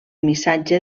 missatge